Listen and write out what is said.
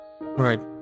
right